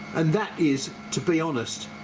and that is to be honest